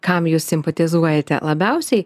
kam jūs simpatizuojate labiausiai